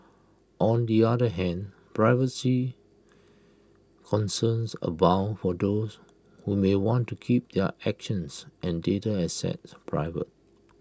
on the other hand privacy concerns abound for those who may want to keep their actions and data assets private